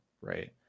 right